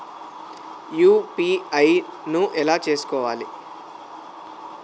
UPI ను ఎలా చేస్కోవాలి?